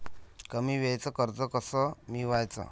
कमी वेळचं कर्ज कस मिळवाचं?